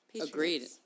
Agreed